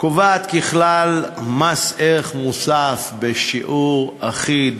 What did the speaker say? קובעת ככלל מס ערך מוסף בשיעור אחיד